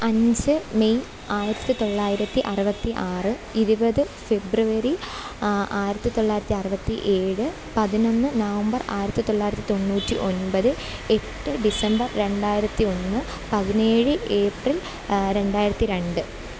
അഞ്ച് മെയ് ആയിരത്തി തൊള്ളായിരത്തി അറുപത്തി ആറ് ഇരുപത് ഫെബ്രുവരി ആ ആയിരത്തി തൊള്ളായിരത്തി അറുപത്തി ഏഴ് പതിനൊന്ന് നവംബർ ആയിരത്തി തൊള്ളായിരത്തി തൊണ്ണൂറ്റി ഒൻപത് എട്ട് ഡിസംബർ രണ്ടായിരത്തി ഒന്ന് പതിനേഴ് ഏപ്രിൽ രണ്ടായിരത്തി രണ്ട്